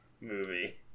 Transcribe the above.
movie